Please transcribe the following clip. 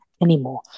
Anymore